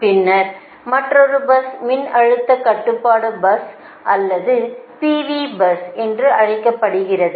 பின்னர் மற்றொரு பஸ் மின்னழுத்த கட்டுப்பாடு பஸ் அல்லது PV பஸ் என்று அழைக்கப்படுகிறது